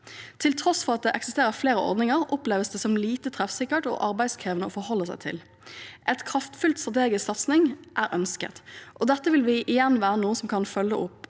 Til tross for at det eksisterer flere ordninger, oppleves de som lite treffsikre og arbeidskrevende å forholde seg til. En kraftfull, strategisk satsing er ønsket, og dette vil igjen være noe som kan følges opp